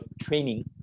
training